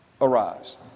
arise